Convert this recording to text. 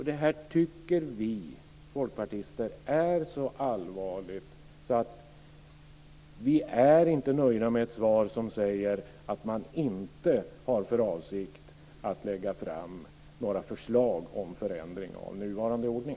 Det här tycker vi folkpartister är så allvarligt att vi inte är nöjda med ett svar som säger att man inte har för avsikt att lägga fram några förslag om förändring av nuvarande ordning.